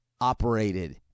operated